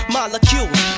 Molecules